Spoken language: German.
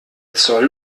zoll